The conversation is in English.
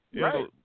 right